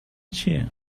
چیه